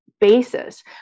basis